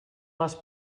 les